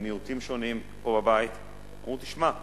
פה בבית מיעוטים שונים, שהעירו את תשומת לבנו.